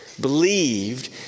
believed